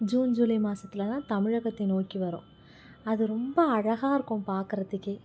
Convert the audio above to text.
June July மாசத்தில் தான் தமிழகத்தை நோக்கி வரும் அது ரொம்ப அழகா இருக்கும் பார்க்குறத்துக்கே